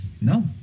no